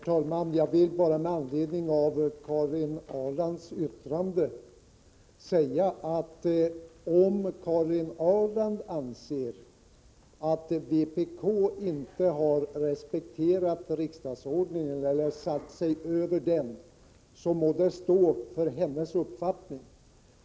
Herr talman! Med anledning av Karin Ahrlands yttrande vill jag säga att om Karin Ahrland anser att vpk inte har respekterat riksdagsordningen utan satt sig över den, må det vara hennes uppfattning.